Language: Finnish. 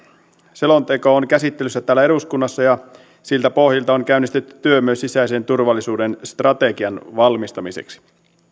selonteko on käsittelyssä täällä eduskunnassa ja siltä pohjalta on käynnistetty työ myös sisäisen turvallisuuden strategian valmistamiseksi